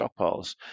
stockpiles